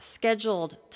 scheduled